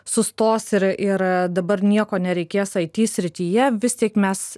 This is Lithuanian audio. sustos ir ir dabar nieko nereikės ai ty srityje vis tik mes